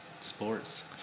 sports